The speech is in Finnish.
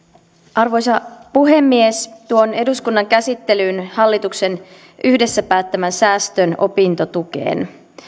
arvoisa puhemies tuon eduskunnan käsittelyyn hallituksen yhdessä päättämän säästön opintotukeen